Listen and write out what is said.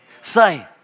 say